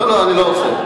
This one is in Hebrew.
לא, אני לא רוצה.